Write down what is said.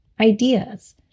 ideas